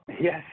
Yes